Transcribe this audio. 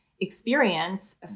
experience